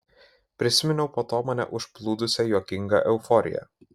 prisiminiau po to mane užplūdusią juokingą euforiją